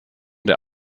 der